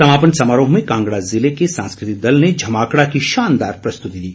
समापन समारोह में कांगड़ा जिले के सांस्कृतिक दल ने झमाकड़ा की शानदार प्रस्तुति दी